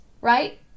right